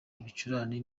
ibicurane